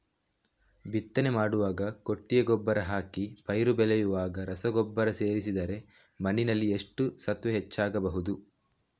ಬಿತ್ತನೆ ಮಾಡುವಾಗ ಕೊಟ್ಟಿಗೆ ಗೊಬ್ಬರ ಹಾಕಿ ಪೈರು ಬೆಳೆಯುವಾಗ ರಸಗೊಬ್ಬರ ಸೇರಿಸಿದರೆ ಮಣ್ಣಿನಲ್ಲಿ ಎಷ್ಟು ಸತ್ವ ಹೆಚ್ಚಬಹುದು?